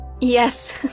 yes